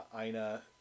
Ina